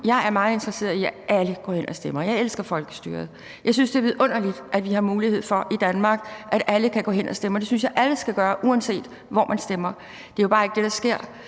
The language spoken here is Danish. jeg er meget interesseret i, at alle går hen og stemmer. Jeg elsker folkestyret. Jeg synes, det er vidunderligt, at vi i Danmark har mulighed for, at alle kan gå hen at stemme, og det synes jeg alle skal gøre, uanset hvor man stemmer. Det er jo bare ikke det, der sker.